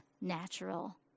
natural